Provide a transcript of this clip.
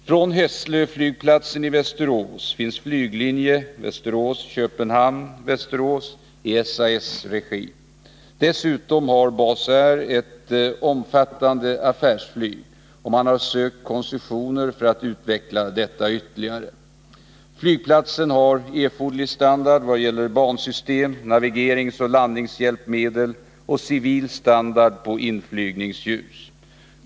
Från Hässlöflygplatsen i Västerås finns flyglinje Västerås-Köpenhamn-Västerås i SAS regi. Dessutom har Basair ett ganska omfattande affärsflyg, och man har sökt koncessioner för att utveckla detta ytterligare. Flygplatsen har erforderlig standard vad gäller bansystem, navigering och landningshjälpmedel och civil standard på inflygningsljus.